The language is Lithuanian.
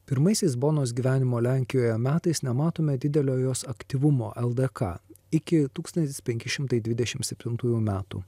pirmaisiais bonos gyvenimo lenkijoje metais nematome didelio jos aktyvumo ldk iki tūkstantis penki šimtai dvidešimt septintųjų metų